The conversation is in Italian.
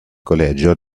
collegio